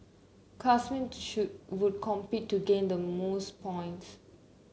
classmates should would compete to gain the most points